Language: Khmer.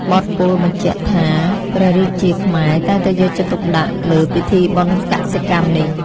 បទពោលបញ្ជាក់ថា ព្រះរាជាខ្មែរតែងតែយកចិត្តទុកដាក់លើពិធីបុណ្យកសិកម្មនេះ។